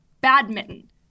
badminton